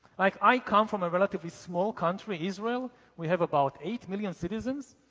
like i come from a relatively small country, israel. we have about eight million citizens.